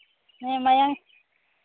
ᱦᱮᱸ ᱢᱟᱭᱟᱝ